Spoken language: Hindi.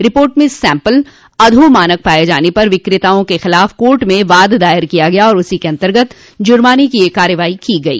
रिपोर्ट में सैम्पल अधोमानक पाये जाने पर विक्रेताओं के खिलाफ कोर्ट में वाद दायर किया गया था उसी के अंतर्गत जूर्माने की यह कार्रवाई की गई